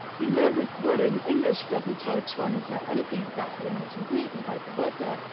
you know this word in english doesn't correspond to anything exactly in ancient greek and vice versa.